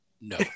No